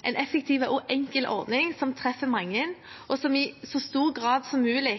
en effektiv og enkel ordning som treffer mange, og som i så stor grad som mulig